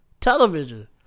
television